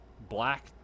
black